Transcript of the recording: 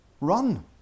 run